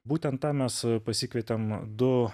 būtent tam mes pasikvietėm du